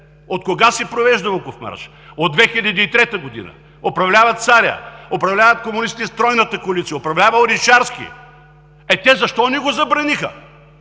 От кога се провежда Луковмарш? От 2003 г. – управлява Царят, управляват комунистите с Тройната коалиция, управлява Орешарски. Е, те защо не го забраниха,